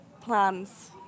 plans